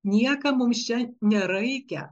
niekam mums čia nereikia